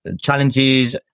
challenges